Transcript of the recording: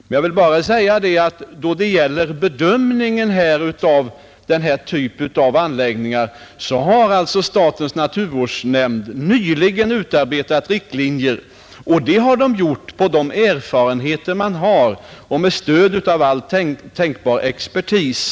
Men jag vill säga att då det gäller bedömningen av denna typ av anläggningar har naturvårdsverket nyligen utarbetat riktlinjer på basis av de erfarenheter man har och med stöd av all tänkbar expertis.